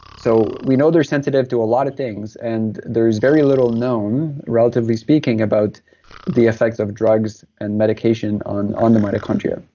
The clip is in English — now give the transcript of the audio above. so we know they're sensitive to a lot of things, and there's very little known relatively speaking, about the effects of drugs and medication on on the mitochondria.